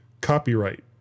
copyright